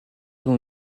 dont